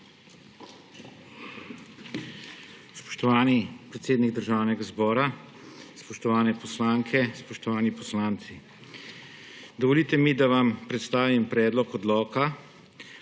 Spoštovani predsednik Državnega zbora, spoštovane poslanke, spoštovani poslanci! Dovolite mi, da vam predstavim Predlog odloka